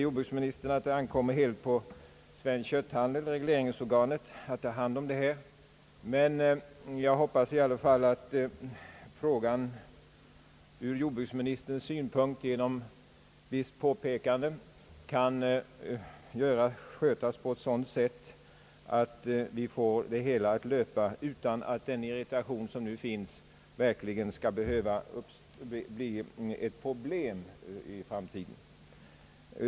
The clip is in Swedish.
Jordbruksministern uttalar nu att det ankommer på regleringsorganet Svensk kötthandel att ta hand om detta. Jag hoppas dock att frågan kan lösas från jordbruksministerns sida genom ett påpekande, så att det hela kan löpa utan att den irritation som nu förekommer skall behöva bli ett problem också i framtiden.